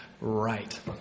right